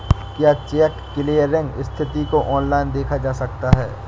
क्या cheque clearing स्थिति को ऑनलाइन देखा जा सकता है?